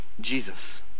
Jesus